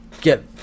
get